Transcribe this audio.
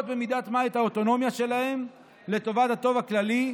במידת מה את האוטונומיה שלהם לטובת הטוב הכללי,